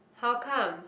how come